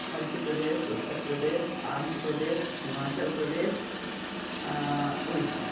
Madhya Pradesh Uttar Pradesh Andhra Pradesh Himachal Pradesh Orissa